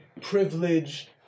privilege